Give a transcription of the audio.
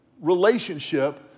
relationship